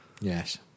Yes